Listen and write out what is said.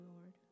Lord